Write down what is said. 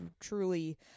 truly